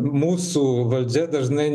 mūsų valdžia dažnai